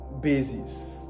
basis